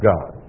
God